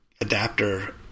adapter